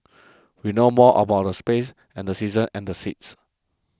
we know more about the space and the seasons and the seas